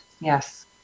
Yes